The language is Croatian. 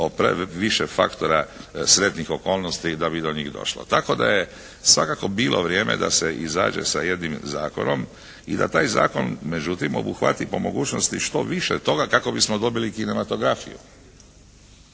previše faktora sretnih okolnosti da bi do njih došlo. Tako da je svakako bilo vrijeme da se izađe sa jednim zakonom i da taj zakon međutim obuhvati po mogućnosti što više toga kako bismo dobili kinematografiju.